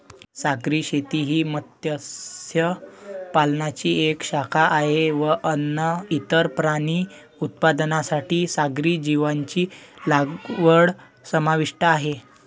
सागरी शेती ही मत्स्य पालनाची एक शाखा आहे व अन्न, इतर प्राणी उत्पादनांसाठी सागरी जीवांची लागवड समाविष्ट आहे